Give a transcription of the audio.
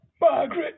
Margaret